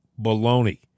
baloney